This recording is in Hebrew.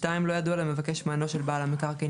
(2)לא ידוע למבקש מענו של בעל המקרקעין